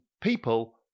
people